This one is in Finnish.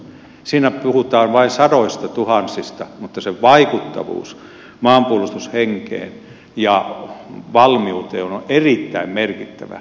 siinä puhutaan vain sadoistatuhansista mutta sen vaikuttavuus maanpuolustushenkeen ja valmiuteen on erittäin merkittävä